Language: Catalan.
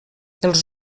els